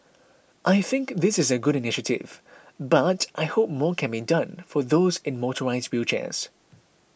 I think this is a good initiative but I hope more can be done for those in motorised wheelchairs